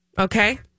Okay